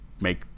make